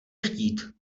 chtít